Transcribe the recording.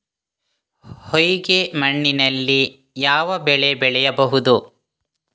ಹೊಯ್ಗೆ ಮಣ್ಣಿನಲ್ಲಿ ಯಾವ ಬೆಳೆ ಬೆಳೆಯಬಹುದು?